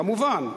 כמובן,